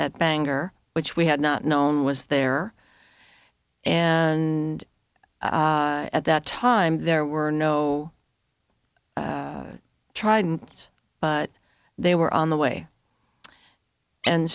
at bangor which we had not known was there and at that time there were no trident but they were on the way and